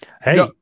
Hey